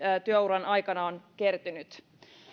työuran aikana on kertynyt